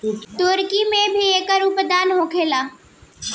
तुर्की में भी एकर उत्पादन होला